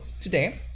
today